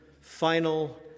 final